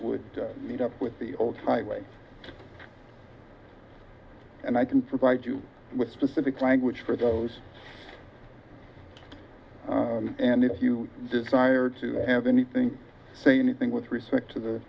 would meet up with the old time way and i can provide you with specific language for those and if you desire to have anything say anything with respect to the